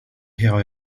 hea